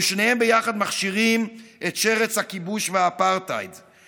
ושניהם ביחד מכשירים את שרץ הכיבוש והאפרטהייד,